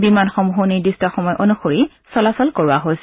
বিমানসমূহো নিৰ্দিষ্ট সময় অনুসৰি চলাচল কৰোৱা হৈছে